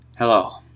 Hello